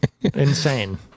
Insane